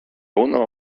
owner